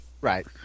Right